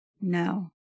No